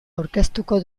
aurkeztuko